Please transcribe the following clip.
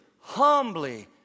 humbly